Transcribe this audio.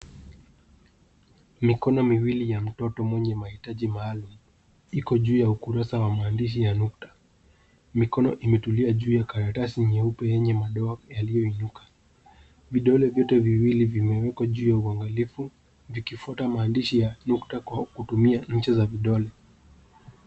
Mikono miwili ya mtoto mwenye mahitaji maalumu iko juu ya ukurusa wa maandishi ya nukta. Mikono imetulia juu ya karatasi yeupe yenye madoa yaliyoinuka .Vidole vyote viwili vimewekwa juu ya uangalifu vikifuata maandishi ya nukta kwa kutumia nje za vidole.